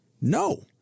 no